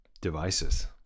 devices